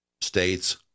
states